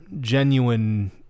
genuine